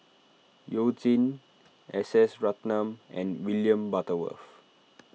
You Jin S S Ratnam and William Butterworth